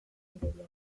biografia